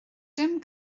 dim